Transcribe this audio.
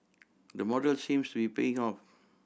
the model seems to be paying off